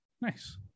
Nice